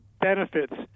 benefits